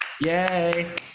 Yay